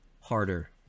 harder